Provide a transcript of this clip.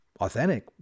authentic